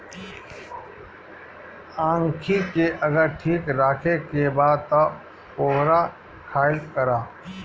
आंखी के अगर ठीक राखे के बा तअ कोहड़ा खाइल करअ